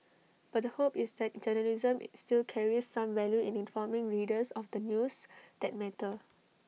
but the hope is that journalism still carries some value in informing readers of the news that matter